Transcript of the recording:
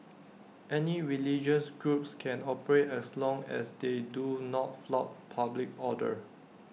any religious groups can operate as long as they do not flout public order